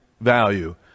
value